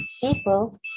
people